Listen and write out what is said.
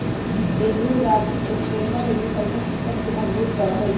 agroforestry sustainable agriculture system के मजबूत करा हई